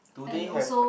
do they have